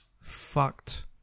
fucked